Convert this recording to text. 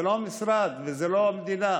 זה לא המשרד וזו לא המדינה,